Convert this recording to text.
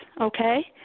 okay